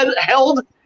held